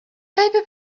paper